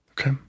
Okay